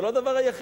זה לא הדבר היחיד.